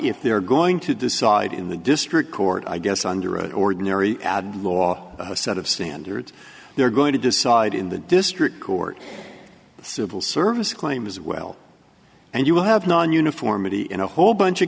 if they are going to decide in the district court i guess under ordinary law a set of standards they're going to decide in the district court the civil service claims as well and you will have non uniformity in a whole bunch of